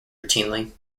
routinely